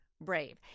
brave